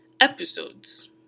episodes